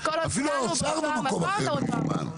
אפילו האוצר במקום אחר ממזמן.